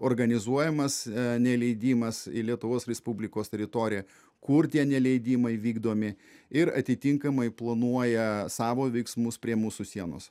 organizuojamas neleidimas į lietuvos respublikos teritoriją kur tie neleidimai vykdomi ir atitinkamai planuoja savo veiksmus prie mūsų sienos